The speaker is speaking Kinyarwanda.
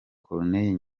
cornelius